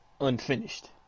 unfinished